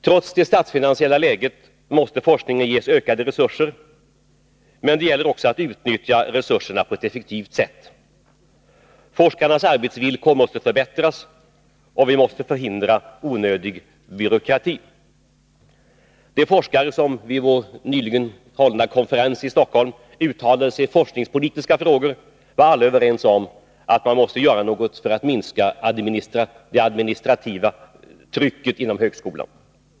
Trots det statsfinansiella läget måste forskningen ges ökade resurser, men det gäller också att utnyttja resurserna på ett effektivt sätt. Forskarnas arbetsvillkor måste förbättras, och vi måste förhindra onödig byråkrati. De forskare som vid vår nyligen hållna konferens i Stockholm uttalade sig i forskningspolitiska frågor var alla överens om att man måste göra någonting för att minska det administrativa trycket inom högskolan.